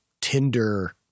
Tinder